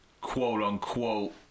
quote-unquote